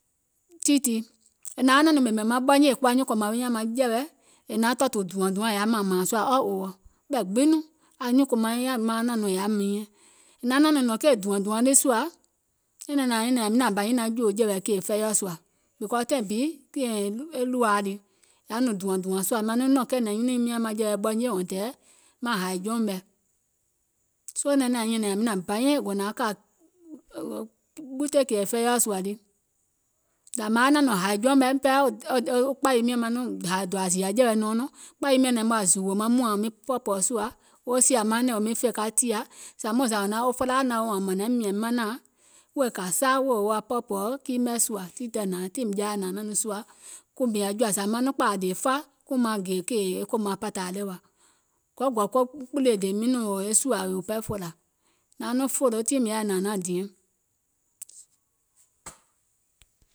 tiŋ tii, è naŋ wa naȧŋ nɔŋ ɓèmè maŋ ɓɔnyì è kowa aŋyuùŋ kòmaŋ wi nyȧŋ manjɛ̀wɛ è naŋ tɔ̀ɔ̀tù dùȧŋ dùȧŋ è yaȧ mȧȧŋ mȧȧŋ sùȧ all over, ɓɛ̀ gbiŋ nɔŋ anyuùŋ kòmaŋ wi nyȧŋ maaŋ naaŋ nɔŋ è yaȧ miinyɛŋ, è naŋ naȧŋ nɔŋ nɔ̀ŋ kèè dùȧŋ dùȧŋ lii sùȧ nɛ̀ɛŋ naŋ nȧaŋ nyɛ̀nɛ̀ŋ yȧwi nȧȧŋ bȧ nyiŋ naŋ jòò jɛ̀wɛ̀ kèè fɛiɔ̀ sùȧ because taìŋ bi e ɗùȧa lii, è yaȧ nɔŋ dùȧŋ dùȧŋ sùȧ maŋ nɔŋ kɛ̀ɛ̀nɛ̀ŋ nyunùim nyȧŋ maŋjɛ̀wɛ ɓɔnyì until maŋ hàì jɔùŋ mɛ̀, soo nɛ̀ɛŋ naŋ nȧaŋ nyɛ̀nɛ̀ŋ yȧwi nȧȧŋ bȧ nyiŋ gò nȧaŋ kà ɓutè kèè fɛiɔ̀ sùȧ lii, zȧ maŋ wa naȧŋ nɔŋ hȧì jɔùŋ mɛ̀ wo kpàyi miɔ̀ŋ wuŋ pɛɛ maŋ nɔŋ hȧì dòȧ zììyȧ jɛ̀wɛ̀ nɔɔnɔŋ kpàyi miɔ̀ŋ naim wa zùùwò maŋ mùȧŋ aŋ miŋ pɔ̀ɔ̀pɔ̀ɔ̀ sùȧ woo sìȧ manɛ̀ŋ aŋ miŋ fè ka tìȧ zàmuuŋ zȧ wo felaa naŋ wa woò wȧȧŋ wò mȧnȧìm mìȧŋ miŋ manȧùŋ wèè kȧìsa wo wa pɔ̀ɔ̀pɔ̀ɔ̀ kii mɛ̀ sùȧ, tiŋ tɛɛ̀ nȧaŋ, tiŋ jaa yɛi nȧȧŋ naȧŋ nɔŋ sùȧ kùmìè aŋ jɔ̀ȧ, zà maŋ nɔŋ kpȧȧ dèè fa kuŋ maŋ gè kèè kòmaŋ pȧtȧ lɛɛ̀ wa, gɔù gɔ̀ù ko kpìlìè dèè miìŋ nɔŋ e sùȧ yòo pɛɛ fòlȧ, naŋ nɔŋ fòlò tiŋ mìŋ yaȧ nȧaŋ diɛŋ,